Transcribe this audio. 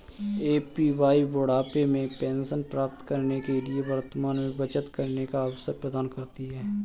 APY बुढ़ापे में pension प्राप्त करने के लिए वर्तमान में बचत करने का अवसर प्रदान करती है